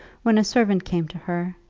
when a servant came to her,